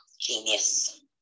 genius